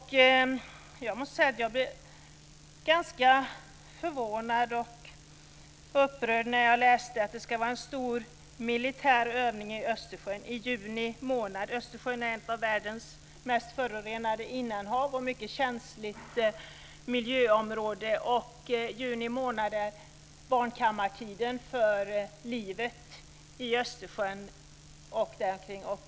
Jag måste säga att jag blev ganska förvånad och upprörd när jag läste att det ska hållas en stor militär övning i Östersjön i juni månad. Östersjön är ett av världens mest förorenade innanhav och mycket känsligt miljöområde. Juni månad är barnkammartiden för livet i Östersjön och däromkring.